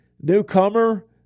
newcomer